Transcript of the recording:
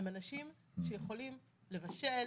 הם אנשים שיכולים לבשל,